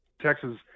Texas